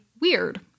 weird